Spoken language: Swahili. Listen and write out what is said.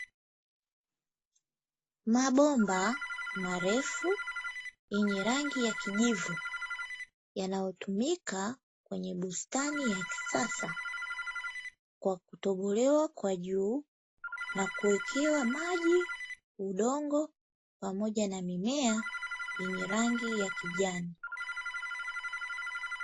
Mabomba marefu yenye rangi ya kijivu yanayotumika kwenye bustani ya kisasa kwa kutobolewa kwa juu na kuwekewa maji, udongo pamoja na mimea yenye rangi ya kijani.